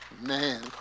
man